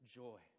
joy